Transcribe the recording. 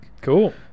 Cool